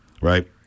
right